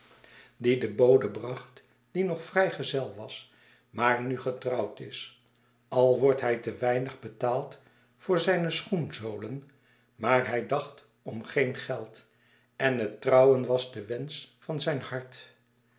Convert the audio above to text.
dien de bode bracht die nog vrijgezel was maar nu getrouwd is al wordt hij te weinig betaald voor zijne schoenzolen maar hij dacht om geen geld en het trouwen was de wensch van zijn hart